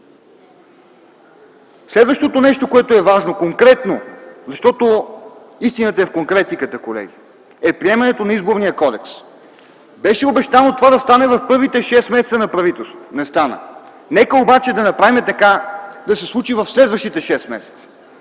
Следващото нещо, което е важно конкретно, защото истината е в конкретиката, колеги, е приемането на Изборния кодекс. Беше обещано това да стане в първите 6 месеца на правителството, не стана. Нека обаче да направим така - да се случи в следващите 6 месеца.